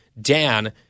Dan